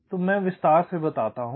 तो मैं इसे विस्तार से बताता हूँ